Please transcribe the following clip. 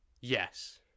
Yes